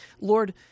Lord